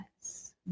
Yes